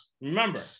remember